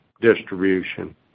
distribution